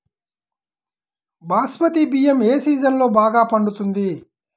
బాస్మతి బియ్యం ఏ సీజన్లో బాగా పండుతుంది?